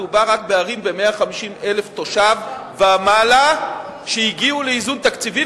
מדובר רק בערים עם 150,000 תושבים ומעלה שהגיעו לאיזון תקציבי,